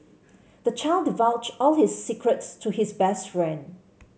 the child divulged all his secrets to his best friend